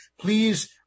please